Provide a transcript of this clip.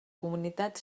comunitat